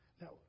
Now